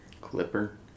Clipper